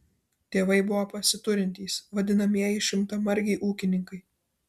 tėvai buvo pasiturintys vadinamieji šimtamargiai ūkininkai